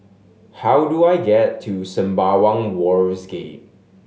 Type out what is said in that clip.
how do I get to Sembawang Wharves Gate